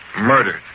Murdered